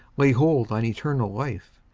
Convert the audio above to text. lay hold on eternal life,